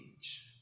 age